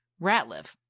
Ratliff